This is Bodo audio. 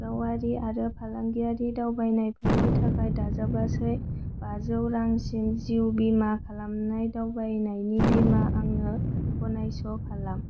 गावारि आरो फालांगियारि दावबायनायफोरनि थाखाय दाजाबगासै बाजौ रां सिम जिउ बीमा खालामनाय दावबायनायनि बीमा आंनो गनायस' खालाम